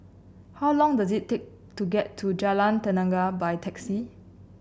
how long does it take to get to Jalan Tenaga by taxi